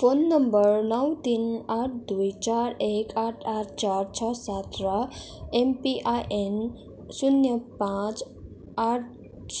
phone number नौ तिन आठ दुई चार एक आठ आठ चार छ सात र एमपिआइएन शून्य पाँच आठ